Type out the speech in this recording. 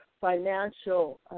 financial